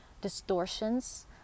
distortions